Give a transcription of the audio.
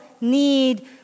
need